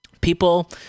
People